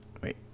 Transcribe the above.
Wait